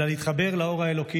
אלא להתחבר לאור האלוקי,